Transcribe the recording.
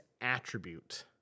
attribute